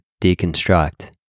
deconstruct